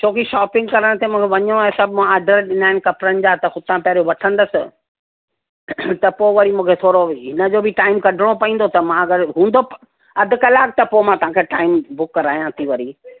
छो की शोपिंग करण ते मूंखे वञिणो आहे सभु मां आर्डर ॾिना आहिनि कपिड़नि जा त हुतां पहिरियो वठंदसि पोइ वरी मूंखे थोरो हिन जो बि टाइम कढणो पईंदो त मां अगरि हूंदो अधि कलाक त पोइ मां तव्हां खां टाइम बुक करायां थी वरी